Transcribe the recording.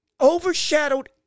overshadowed